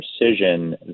precision